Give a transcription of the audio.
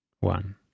One